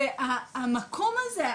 והמקום הזה,